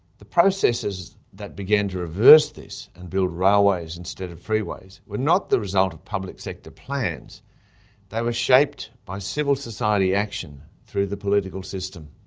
the processes that began to reverse this, and build railways instead of freeways, were not the result of public-sector plans they were shaped by civil society action, through the political system.